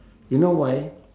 you know why